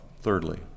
thirdly